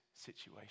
situation